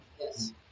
Yes